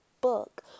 book